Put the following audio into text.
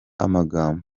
amagambo